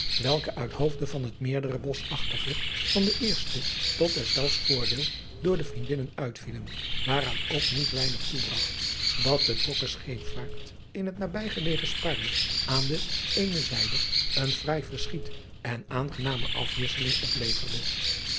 welke uit hoofde van het meerdere boschachtige van den eersten tot deszelfs voordeel door de vriendinnen uitvielen waaraan ook niet weinig toebragt dat de drokke scheepvaart in het nabijgelegen spaarne aan de de eene zijde een fraai verschiet en aangename afwisseling opleverde